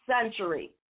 century